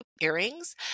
earrings